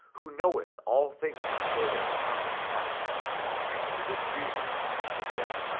who knoweth all things before they can come to pass and for this reason has he said,